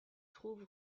trouve